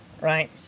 right